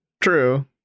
True